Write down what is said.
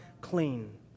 clean